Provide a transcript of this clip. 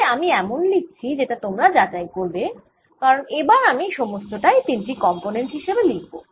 তাহলে আমি এমন লিখছি যেটা তোমরা যাচাই করবে কারণ এবার আমি সমস্ত টাই তিনটি কম্পোনেন্ট হিসেবে করব